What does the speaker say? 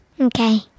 Okay